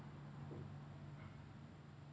<S?